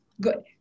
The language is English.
good